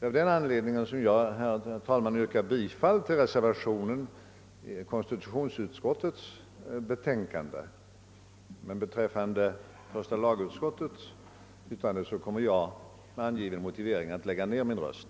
Av den anledningen yrkar jag bifall till reservationen i konstitutionsutskottets utlåtande, men vid votering om första lagutskottets utlåtande kommer jag med angiven motivering att lägga ner min röst.